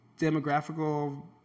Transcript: demographical